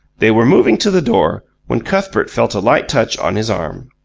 they were moving to the door, when cuthbert felt a light touch on his arm.